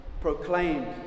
proclaimed